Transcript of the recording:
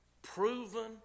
Proven